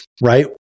right